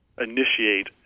initiate